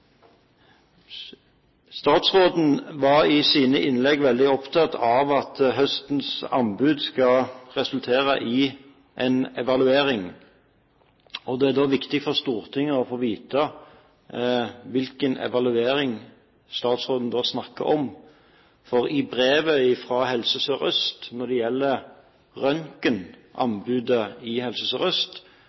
Statsråden var i sine innlegg veldig opptatt av at høstens anbud skal resultere i en evaluering. Da er det viktig for Stortinget å få vite hvilken evaluering statsråden snakker om, for brevet fra Helse Sør-Øst om røntgenanbudet i Helse Sør-Øst avsluttes med at Helse Sør-Øst skal gjennomføre en evaluering av dette anbudet.